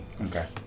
Okay